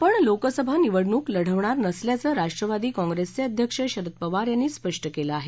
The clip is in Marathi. आपण लोकसभा निवडणूक लढवणार नसल्याचं राष्ट्रवादी काँप्रेसचे अध्यक्ष शरद पवार यांनी स्पष्ट केलं आहे